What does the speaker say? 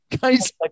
guys